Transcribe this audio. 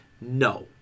No